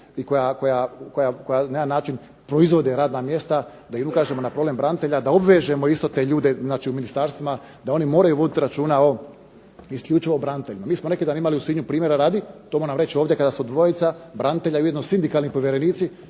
i koja na jedan način proizvode radna mjesta, da im ukažemo na problem branitelja, da obvežemo isto te ljude znači u ministarstvima da oni moraju voditi računa o isključivo braniteljima. Mi smo neki dan imali u Sinju primjera radi, to moram reći ovdje kada su dvojica branitelja ujedno sindikalni povjerenici,